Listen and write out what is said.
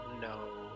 No